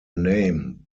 name